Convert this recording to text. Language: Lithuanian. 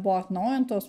buvo atnaujintos